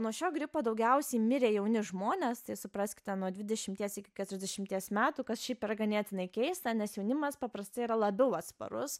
nuo šio gripo daugiausiai mirė jauni žmonės tai supraskite nuo dvidešimties iki keturiasdešimties metų kas šiaip yra ganėtinai keista nes jaunimas paprastai yra labiau atsparus